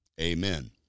Amen